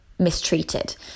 mistreated